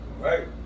Right